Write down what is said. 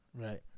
right